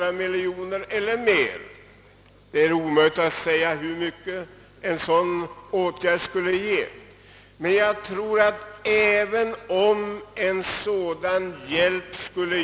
Det är omöjligt att säga hur mycket en sådan åtgärd skulle ge — det skulle kanske bli 75 å 100 miljoner kronor.